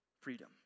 Freedom